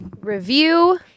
review